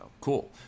cool